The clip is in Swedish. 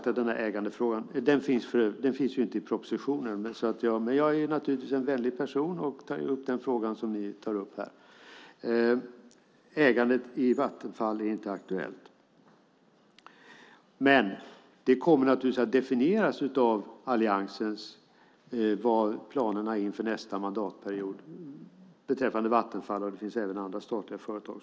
Ägandefrågan finns inte med i propositionen, men jag är naturligtvis en vänlig person och tar upp den fråga som ni tar upp här. Frågan om ägandet i Vattenfall är inte aktuell. Men det här kommer att definiera Alliansens planer inför nästa mandatperiod beträffande Vattenfall och även andra statliga företag.